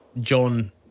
John